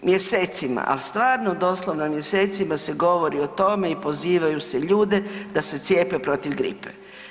Mjesecima, ali stvarno doslovno mjesecima se govori o tome i pozivaju se ljude da se cijepe protiv gripe.